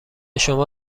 شما